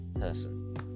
person